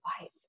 life